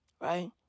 right